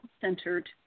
centered